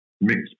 mix